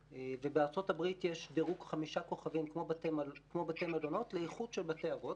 בארצות יש דרוג חמישה כוכבים כמו בתי מלון לאיכות של בתי האבות.